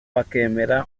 bakemera